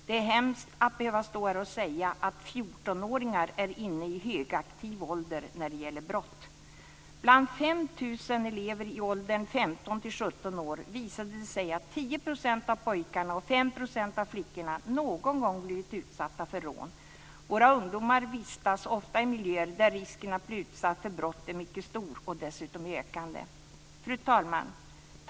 Det är hemskt att behöva stå här och säga att 14-åringar är inne i en högaktiv ålder när det gäller brott. Bland 5 000 elever i åldern 15-17 år visade det sig att 10 % av pojkarna och 5 % av flickorna någon gång blivit utsatta för rån. Våra ungdomar vistas ofta i miljöer där risken att bli utsatt för brott är mycket stor och dessutom i ökande. Fru talman!